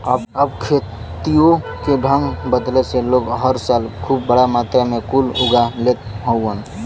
अब खेतियों के ढंग बदले से लोग हर साले खूब बड़ा मात्रा मे कुल उगा लेत हउवन